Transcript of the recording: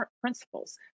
principles